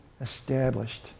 established